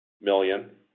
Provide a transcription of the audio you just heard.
million